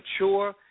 mature